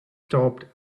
stopped